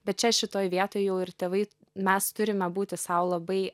bet čia šitoj vietoj jau ir tėvai mes turime būti sau labai